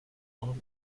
all